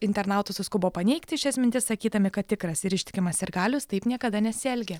internautų suskubo paneigti šias mintis sakydami kad tikras ir ištikimas sirgalius taip niekada nesielgia